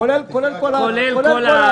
כולל כל ההתאמות.